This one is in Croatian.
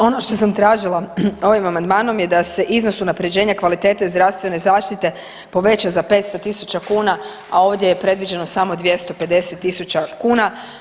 Dakle, ono što sam tražila ovim amandmanom je da se iznos unapređenja kvalitete zdravstvene zaštite poveća za 500.000 kuna, a ovdje je predviđeno samo 250.000 kuna.